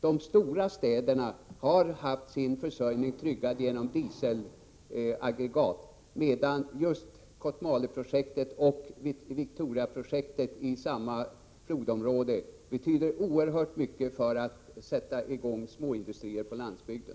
De stora städerna har haft sin försörjning tryggad genom dieselaggregat, medan just Kotmaleprojektet och Victoriaprojektet i samma flodområde betyder oerhört mycket för igångsättande av småindustrier på landsbygden.